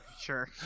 sure